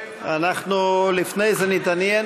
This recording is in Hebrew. לפני זה נתעניין